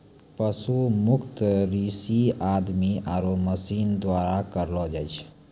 पशु मुक्त कृषि आदमी आरो मशीन द्वारा करलो जाय छै